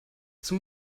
zur